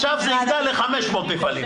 עכשיו זה יגדל ל-500 מפעלים.